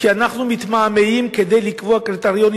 כי אנחנו מתמהמהים כדי לקבוע קריטריונים